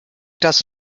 das